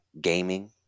gaming